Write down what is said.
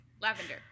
Lavender